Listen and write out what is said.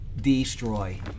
destroy